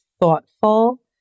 thoughtful